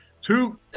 two